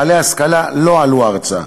בעלי השכלה לא עלו ארצה".